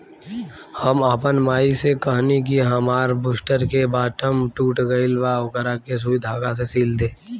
हम आपन माई से कहनी कि हामार बूस्टर के बटाम टूट गइल बा ओकरा के सुई धागा से सिल दे